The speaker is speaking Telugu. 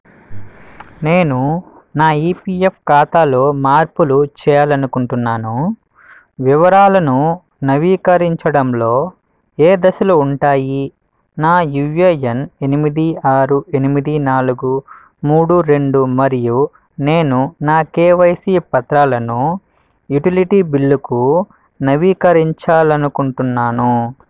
నేను నా ఈపీఎఫ్ ఖాతాలో మార్పులు చేయాలనుకుంటున్నాను వివరాలను నవీకరించడంలో ఏ దశలు ఉంటాయి నా యువ్ఏఎన్ ఎనిమిది ఆరు ఎనిమిది నాలుగు మూడు రెండు మరియు నేను నా కెవైసి పత్రాలను యుటిలిటీ బిల్లుకు నవీకరించాలనుకుంటున్నాను